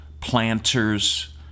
planters